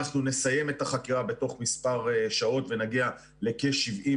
אנחנו נסיים את החקירה בתוך מספר שעות ונגיע לכ-70%.